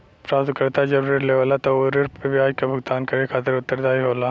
प्राप्तकर्ता जब ऋण लेवला तब उ ऋण पे ब्याज क भुगतान करे खातिर उत्तरदायी होला